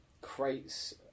crates